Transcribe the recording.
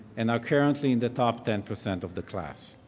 and are currently in the top ten percent of the class.